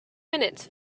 minutes